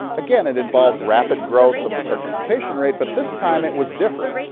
again it involved rapid growth of the participation rate, but this time it was different.